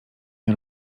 nie